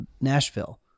Nashville